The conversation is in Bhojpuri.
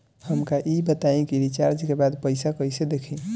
हमका ई बताई कि रिचार्ज के बाद पइसा कईसे देखी?